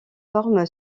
forme